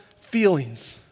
feelings